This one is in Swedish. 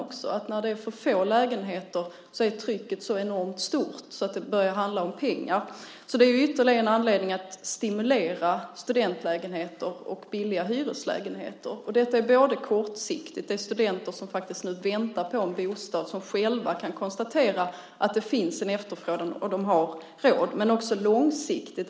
När det finns för få lägenheter blir trycket så enormt stort att det börjar handla om pengar. Det är ytterligare en anledning att stimulera studentlägenheter och billiga hyreslägenheter. Detta är bra både kortsiktigt - det finns studenter som nu väntar på en bostad, som själva kan konstatera att det finns en efterfrågan och som har råd - och långsiktigt.